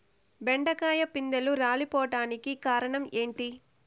బెండకాయ పిందెలు రాలిపోవడానికి కారణం ఏంటి?